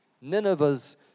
Nineveh's